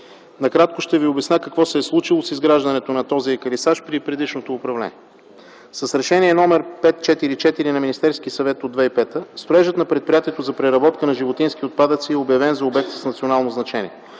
накратко ще Ви обясня какво се е случило с изграждането на този екарисаж при предишното управление. С Решение № 544 от 2005 г. на Министерския съвет строежът на Предприятието за преработка на животински отпадъци е обявен за обект с национално значение,